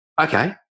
okay